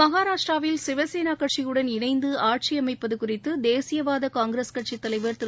மஹாராஷ்டிராவில் சிவசேனா கட்சியுடன் இணைந்து ஆட்சியமைப்பது குறித்து தேசியவாத காங்கிரஸ் கட்சித் தலைவர் திரு